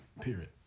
period